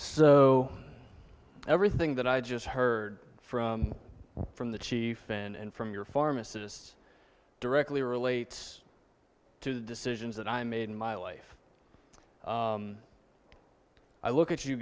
so everything that i just heard from from the chief and from your pharmacists directly relates to the decisions that i made in my life i look at you